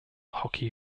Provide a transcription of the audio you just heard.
hockey